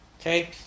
Okay